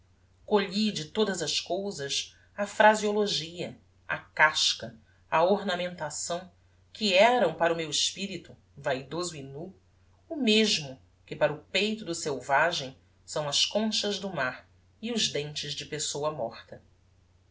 de todas as cousas a phraseologia a casca a ornamentação que eram para o meu espirito vaidoso e nu o mesmo que para o peito do selvagem são as conchas do mar e os dentes de pessoa morta